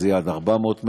שזה יהיה עד 400 מטר.